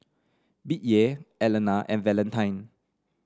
Bettye Elana and Valentine